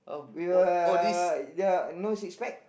with a uh no six pack